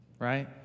Right